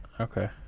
okay